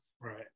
Right